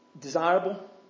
desirable